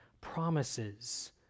promises